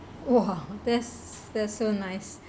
!wah! that's that's so nice